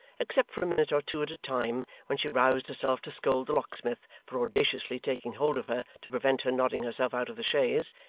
except for a minute or two at a time, when she roused herself to scold the locksmith for audaciously taking hold of her to prevent her nodding herself out of the chaise,